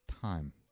time